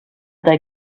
they